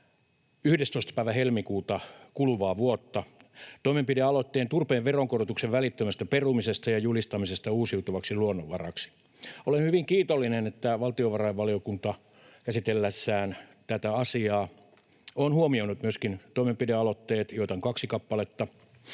päivä kuluvaa vuotta toimenpidealoitteen turpeen veronkorotuksen välittömästä perumisesta ja turpeen julistamisesta uusiutuvaksi luonnonvaraksi. Olen hyvin kiitollinen, että valtiovarainvaliokunta käsitellessään tätä asiaa on huomioinut myöskin toimenpidealoitteet, joita on kaksi kappaletta,